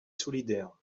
solidaire